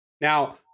Now